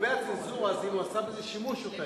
לגבי הצנזורה, אם נעשה בזה שימוש.